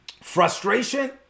frustration